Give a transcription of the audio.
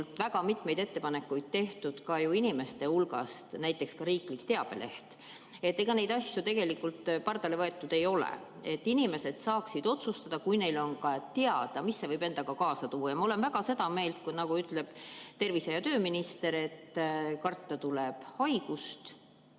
väga mitmeid ettepanekuid tulnud ka rahva hulgast, näiteks riikliku teabelehe kohta. Ega neid asju tegelikult pardale võetud ei ole, aga inimesed saaksid otsustada, kui neile on teada, mis [vaktsineerimine] võib endaga kaasa tuua. Ma olen väga seda meelt, nagu ütleb ka tervise- ja tööminister, et karta tuleb haigust,